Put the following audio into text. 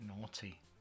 naughty